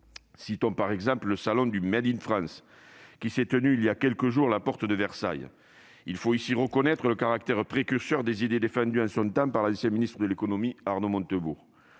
pense, par exemple, au salon du, qui s'est tenu voilà quelques jours à la porte de Versailles. Il faut reconnaître le caractère précurseur des idées défendues en son temps par l'ancien ministre de l'économie Arnaud Montebourg.